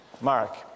Mark